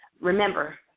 remember